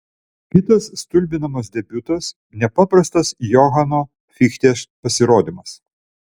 kitas stulbinamas debiutas nepaprastas johano fichtės pasirodymas